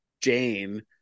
jane